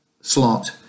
slot